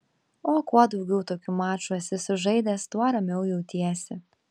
o kuo daugiau tokių mačų esi sužaidęs tuo ramiau jautiesi